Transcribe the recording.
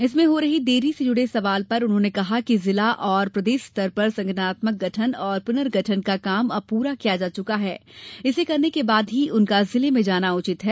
इसमें हो रही देरी से जुड़े सवाल पर उन्होंने कहा कि जिला व प्रदेश स्तर पर संगठनात्मक गठन और पुनर्गठन का काम अब पूरा किया जा चुका है इसे करने के बाद ही उनका जिले में जाना उचित है